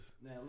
Now